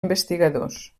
investigadors